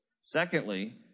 Secondly